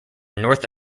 north